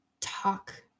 talk